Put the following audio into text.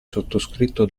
sottoscritto